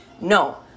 No